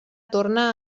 torna